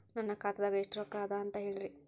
ನನ್ನ ಖಾತಾದಾಗ ಎಷ್ಟ ರೊಕ್ಕ ಅದ ಅಂತ ಹೇಳರಿ?